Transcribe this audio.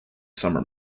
summer